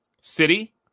City